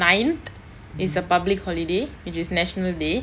ninth is a public holiday which is national day